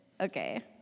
Okay